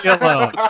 alone